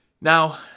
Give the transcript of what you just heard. Now